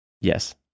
Yes